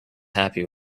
happy